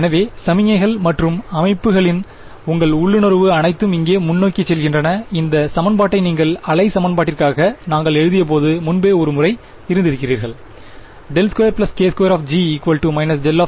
எனவே சமிக்ஞைகள் மற்றும் அமைப்புகளின் உங்கள் உள்ளுணர்வு அனைத்தும் இங்கே முன்னோக்கிச் செல்கின்றன இந்த சமன்பாட்டை நீங்கள் அலை சமன்பாட்டிற்காக நாங்கள் எழுதியபோது முன்பே ஒரு முறை இருந்திருக்கிறீர்கள் ∇2 k2g − δr − r′